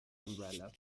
umbrella